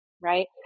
right